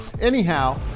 Anyhow